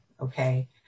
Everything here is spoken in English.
okay